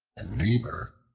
a neighbor,